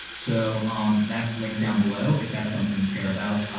so um that's linked down below if that's something you care about.